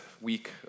week